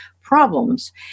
problems